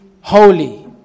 holy